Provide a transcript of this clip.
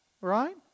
right